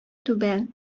түбән